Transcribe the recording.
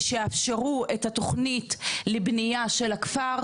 דבר שני, שיאפשרו את התוכנית לבנייה של הכפר,